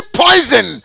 poison